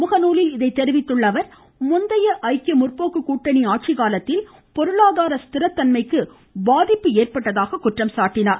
முகநூலில் இதை தெரிவித்துள்ள அவர் முந்தைய ஜக்கிய முற்போக்க கூட்டணி ஆட்சி காலத்தில் பொருளாதார ஸ்திர தன்மைக்கு பாதிப்பு ஏற்பட்டதாக குற்றம் சாட்டினார்